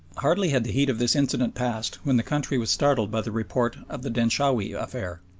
hardly had the heat of this incident passed when the country was startled by the report of the denshawi affair.